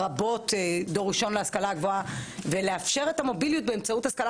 לרבות דור ראשון להשכלה גבוהה ולאפשר את המוביליות באמצעות השכלה